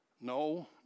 No